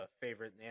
favorite